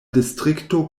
distrikto